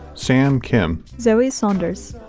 sam kim. zoe saunders.